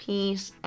Peace